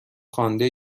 خوانده